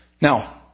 Now